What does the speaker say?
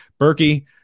Berkey